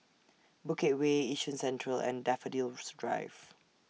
Bukit Way Yishun Central and Daffodil's Drive